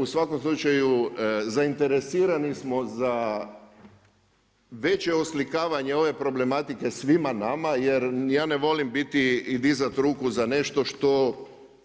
U svakom slučaju zainteresirani smo za veće oslikavanje ove problematike svima nama jer ja ne volim biti i dizat ruku za nešto što,